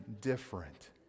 different